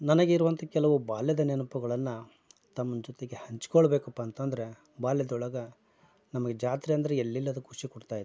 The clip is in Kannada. ನನಗೆ ಇರುವಂಥ ಕೆಲವು ಬಾಲ್ಯದ ನೆನಪುಗಳನ್ನ ತಮ್ಮ ಜೊತೆಗೆ ಹಂಚ್ಕೊಳ್ಬೇಕಪ್ಪ ಅಂತಂದರೆ ಬಾಲ್ಯದೊಳಗೆ ನಮಗ್ ಜಾತ್ರೆ ಅಂದರೆ ಎಲ್ಲಿಲ್ಲದ ಖುಷಿ ಕೊಡ್ತಾಯಿತ್ತು